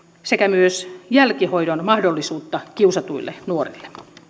sekä myös jälkihoidon mahdollisuutta kiusatuille nuorille